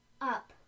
up